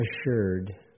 assured